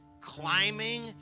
climbing